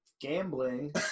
gambling